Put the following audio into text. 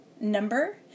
number